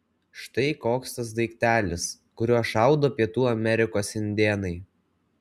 štai koks tas daiktelis kuriuo šaudo pietų amerikos indėnai